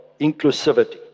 inclusivity